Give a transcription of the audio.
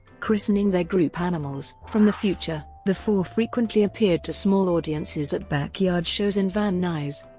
christening their group animals from the future, the four frequently appeared to small audiences at backyard shows in van nuys.